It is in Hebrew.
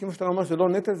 כמו שאתה אומר שזה לא נטל,